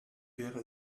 wäre